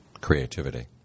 creativity